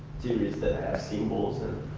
theories that have symbols and